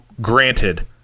granted